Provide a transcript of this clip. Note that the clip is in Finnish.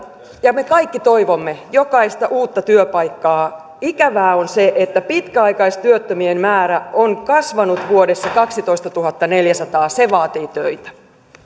ja me kaikki toivomme jokaista uutta työpaikkaa ikävää on se että pitkäaikaistyöttömien määrä on kasvanut vuodessa kaksitoistatuhattaneljäsataa se vaatii töitä